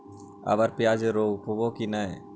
अबर प्याज रोप्बो की नय?